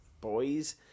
boys